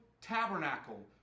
tabernacle